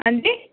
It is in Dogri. हां जी